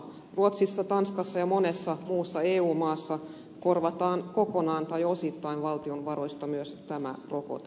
ruotsissa tanskassa ja monessa muussa eu maassa korvataan kokonaan tai osittain valtion varoista myös tämä rokote